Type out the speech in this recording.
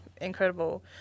incredible